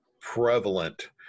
prevalent